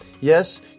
Yes